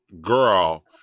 girl